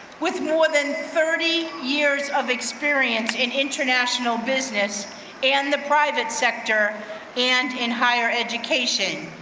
with more than thirty years of experience in international business and the private sector and in higher education.